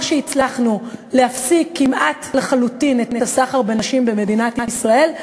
כמו שהצלחנו להפסיק כמעט לחלוטין את הסחר בנשים במדינת ישראל,